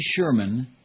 Sherman